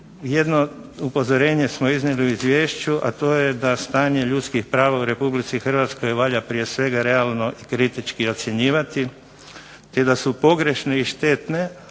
jedno upozorenje smo iznijeli u izvješću, a to je da stanje ljudskih prava u Republici Hrvatskoj valja prije svega realno kritički ocjenjivati, te da su pogrešne i štetne,